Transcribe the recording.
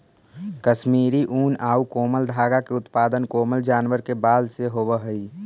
कश्मीरी ऊन आउ कोमल धागा के उत्पादन कोमल जानवर के बाल से होवऽ हइ